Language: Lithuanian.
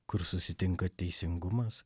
kur susitinka teisingumas